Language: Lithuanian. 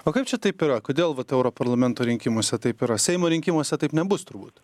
o kaip čia taip yra kodėl vat europarlamento rinkimuose taip yra seimo rinkimuose taip nebus turbūt